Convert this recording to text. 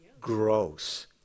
gross